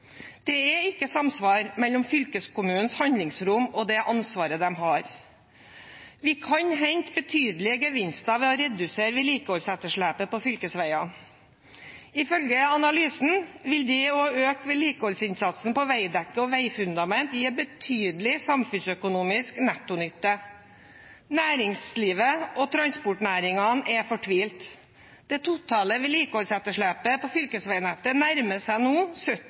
Det er ikke samsvar mellom fylkeskommunens handlingsrom og det ansvaret de har. Vi kan hente betydelige gevinster ved å redusere vedlikeholdsetterslepet på fylkesveiene. Ifølge analysen vil det å øke vedlikeholdsinnsatsen på veidekke og veifundament gi en betydelig samfunnsøkonomisk nettonytte. Næringslivet og transportnæringene er fortvilte. Det totale vedlikeholdsetterslepet på fylkesveinettet nærmer seg nå